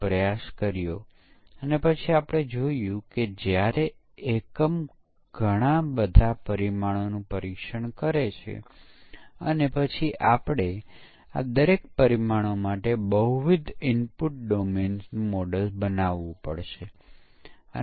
બીજી બાજુ વેલિડેશન એ તપાસવા વપરાય છે કે આપણે યોગ્ય સોફ્ટવેર બનાવ્યું છે કે નહીં